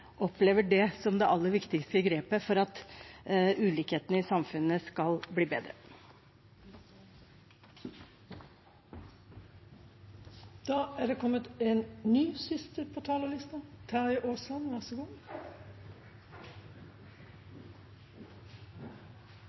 opplever det som det viktigste grepet for at ulikhetene i samfunnet skal bli bedre. Nå skal jeg ikke forlenge debatten så